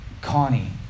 Connie